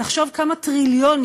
תחשוב כמה טריליונים,